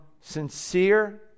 sincere